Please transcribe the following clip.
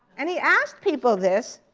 and he asked people this,